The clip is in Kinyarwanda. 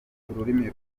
ururimi